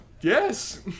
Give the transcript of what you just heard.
Yes